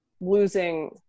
Losing